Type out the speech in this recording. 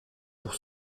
pour